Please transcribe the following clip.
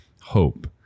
hope